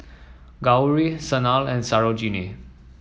Gauri Sanal and Sarojini